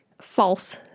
false